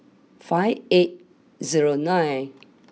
five eight zero nine